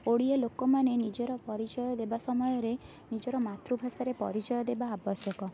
ଓଡ଼ିଆ ଲୋକମାନେ ନିଜର ପରିଚୟ ଦେବା ସମୟରେ ନିଜର ମାତୃଭାଷାରେ ପରିଚୟ ଦେବା ଆବଶ୍ୟକ